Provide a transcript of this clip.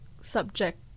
subject